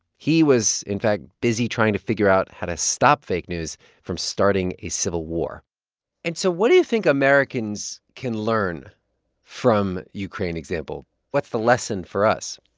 he was, in fact, busy trying to figure out how to stop fake news from starting a civil war and so what do you think americans can learn from ukraine example. what's the lesson for us?